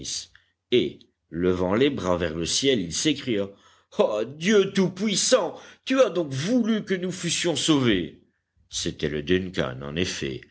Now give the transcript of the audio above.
et levant les bras vers le ciel il s'écria ah dieu tout-puissant tu as donc voulu que nous fussions sauvés c'était le duncan en effet